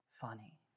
funny